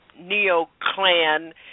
neo-Clan